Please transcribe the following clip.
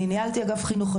אני ניהלתי אגף חינוך,